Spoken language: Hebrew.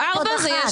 זה הפחתה מארבע לשלוש.